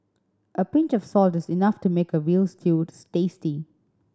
a pinch of salt is enough to make a veal stew tasty